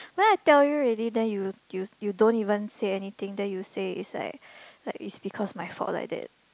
then I tell you already then you you you don't even say anything then you say it's like like is because my fault like that